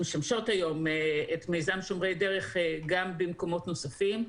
שמשמשות היום את מיזם שומרי דרך גם במקומות נוספים.